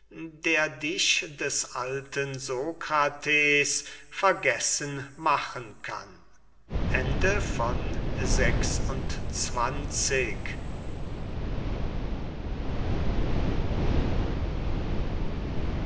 der dich des alten sokrates vergessen machen kann